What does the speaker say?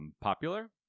Popular